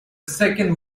second